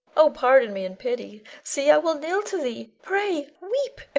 oh, pardon me, and pity! see, i will kneel to thee, pray, weep,